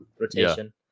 rotation